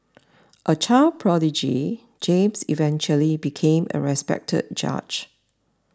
a child prodigy James eventually became a respected judge